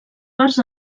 parts